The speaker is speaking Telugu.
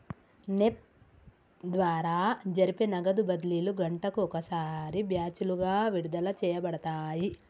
నెప్ప్ ద్వారా జరిపే నగదు బదిలీలు గంటకు ఒకసారి బ్యాచులుగా విడుదల చేయబడతాయి